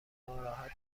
ناراحت